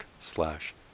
slash